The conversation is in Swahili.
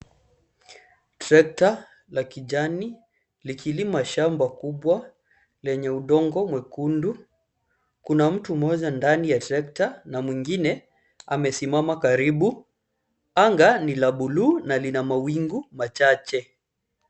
Trekta la kijani likilima shamba kubwa lenye udongo mwekundu. Kuna mtu mmoja ndani ya trekta na mwingine amesimama karibu. Anga ni la bluu na lina mawingu machache.